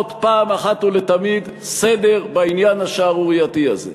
פעם אחת ולתמיד סדר בעניין השערורייתי הזה.